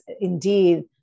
indeed